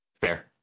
fair